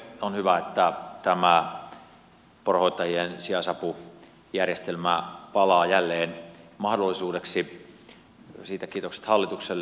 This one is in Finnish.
on hyvä että tämä poronhoitajien sijaisapujärjestelmä palaa jälleen mahdollisuudeksi siitä kiitokset hallitukselle